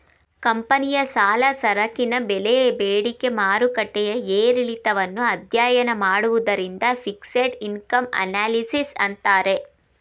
ಕಂಪನಿಯ ಸಾಲ, ಸರಕಿನ ಬೆಲೆ ಬೇಡಿಕೆ ಮಾರುಕಟ್ಟೆಯ ಏರಿಳಿತವನ್ನು ಅಧ್ಯಯನ ಮಾಡುವುದನ್ನು ಫಿಕ್ಸೆಡ್ ಇನ್ಕಮ್ ಅನಲಿಸಿಸ್ ಅಂತಾರೆ